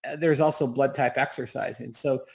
and there's also blood type exercise. and so,